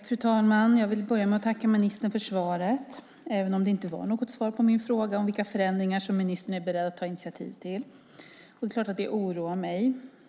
Fru talman! Jag vill börja med att tacka ministern för svaret även om det inte var något svar på min fråga om vilka förändringar som ministern är beredd att ta initiativ till. Det oroar mig.